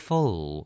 Full